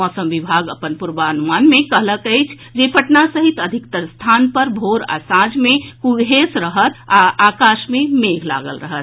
मौसम विभाग अपन पूर्वानुमान मे कहलक अछि जे पटना सहित अधिकतर स्थान पर भोर आ सांझ मे कुहेस रहत आ आकाश मे मेघ लागल रहत